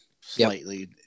slightly